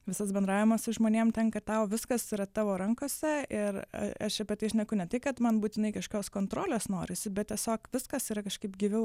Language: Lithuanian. visas bendravimas su žmonėm tenka tau viskas yra tavo rankose ir aš apie tai šneku ne tai kad man būtinai kažkokios kontrolės norisi bet tiesiog viskas yra kažkaip gyviau